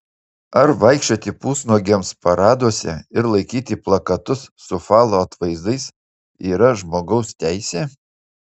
ar vaikščioti pusnuogiams paraduose ir laikyti plakatus su falo atvaizdais yra žmogaus teisė